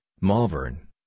Malvern